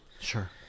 Sure